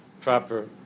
proper